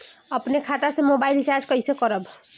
अपने खाता से मोबाइल रिचार्ज कैसे करब?